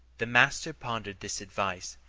the master pondered this advice,